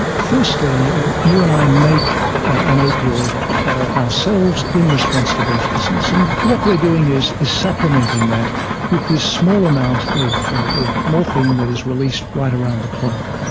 firstly you and i make an opioid ourselves in response to breathlessness, and what we are doing is is supplementing that with a small amount of of morphine that is released right around the clock.